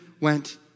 went